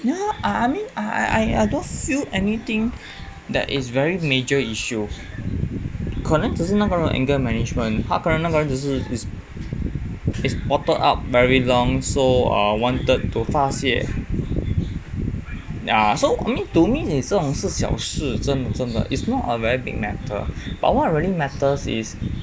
ya I I mean I I don't feel anything that is very major issue 可能只是那个人 anger management 他可能那个人只是 is is bottled up very long so err wanted to 发泄 ya so I mean to me 这种事是小事真的真的 is not of a big matter but what really matters is